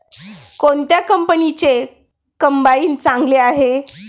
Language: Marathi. कोणत्या कंपनीचे कंबाईन चांगले आहे?